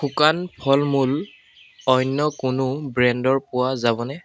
শুকান ফল মূল অন্য কোনো ব্ৰেণ্ডৰ পোৱা যাবনে